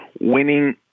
Winning